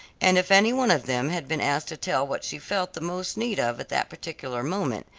and if any one of them had been asked to tell what she felt the most need of at that particular moment,